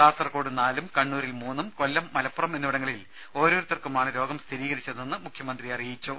കാസർകോട് നാലും കണ്ണൂരിൽ മൂന്നും കൊല്ലം മലപ്പുറം എന്നിവിടങ്ങളിൽ ഓരോരുത്തർക്കുമാണ് രോഗം സ്ഥിരീകരിച്ചതെന്ന് മുഖ്യമന്ത്രി അറിയിച്ചു